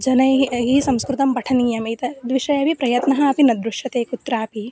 जनैः हि संस्कृतं पठनीयम् एतद्विषयेऽपि प्रयत्नः अपि न दृश्यते कुत्रापि